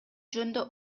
жөнүндө